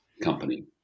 company